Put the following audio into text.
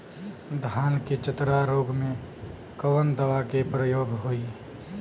धान के चतरा रोग में कवन दवा के प्रयोग होई?